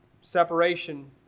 separation